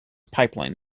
pipeline